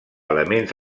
elements